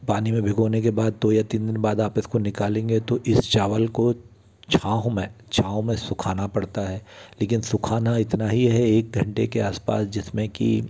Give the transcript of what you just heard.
पानी में भिगोने के बाद दो या तीन दिन बाद जब आप इसको निकालेंगे तो इस चावल को छाहों में छाँव में सूखाना पड़ता है लेकिन सूखाना इतना ही है एक घण्टे के आसपास जिसमें कि